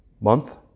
month